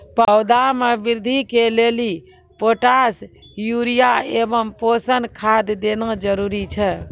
पौधा मे बृद्धि के लेली पोटास यूरिया एवं पोषण खाद देना जरूरी छै?